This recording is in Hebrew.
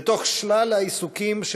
בתוך שלל העיסוקים,